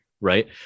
right